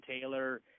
Taylor